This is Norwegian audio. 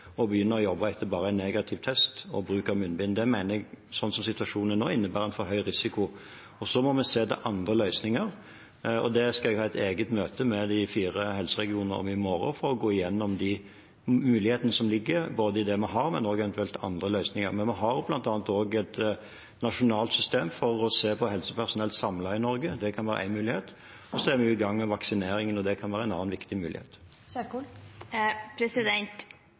begynne å jobbe etter bare én negativ test og bruk av munnbind. Det mener jeg, sånn som situasjonen er nå, innebærer en for høy risiko. Vi må se etter andre løsninger, og det skal jeg ha et eget møte med de fire helseregionene om i morgen for å gå igjennom de mulighetene som foreligger, både i det vi har, og også i eventuelle andre løsninger. Men vi har bl.a. også et nasjonalt system for å se på helsepersonell samlet i Norge. Det kan være én mulighet. Så er vi i gang med vaksineringen, og det kan være en annen viktig mulighet. Ingvild Kjerkol